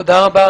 תודה רבה,